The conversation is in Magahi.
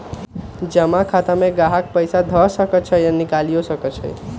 जमा खता में गाहक पइसा ध सकइ छइ आऽ निकालियो सकइ छै